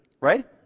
Right